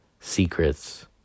secrets